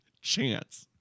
chance